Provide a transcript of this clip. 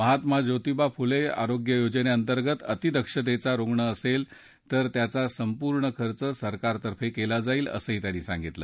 महात्मा जोतिबा फुले आरोग्य योजने अंतर्गत अतिदक्षतेचा रुग्ण असेल तर त्याचा संपूर्ण खर्च सरकार तर्फे केला जाईल असंही त्यांनी सांगितलं